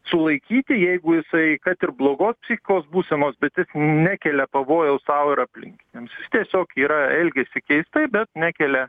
sulaikyti jeigu jisai kad ir blogos psichikos būsenos bet jis nekelia pavojaus sau ir aplinkiniams jis tiesiog yra elgiasi keistai bet nekelia